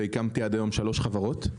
והקמתי עד היום שלוש חברות.